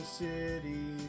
city